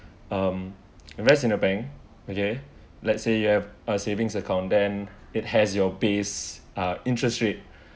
um invest in a bank okay let's say you have a savings account then it has your base uh interest rate